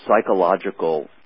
psychological